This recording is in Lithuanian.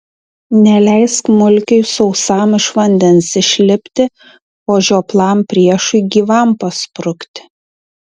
neleisk mulkiui sausam iš vandens išlipti o žioplam priešui gyvam pasprukti